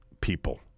people